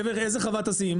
איזה חווה תשים?